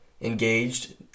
engaged